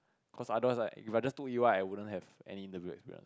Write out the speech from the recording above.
cause otherwise right if I just took E_Y I wouldn't have any interview experience